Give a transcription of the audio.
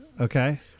Okay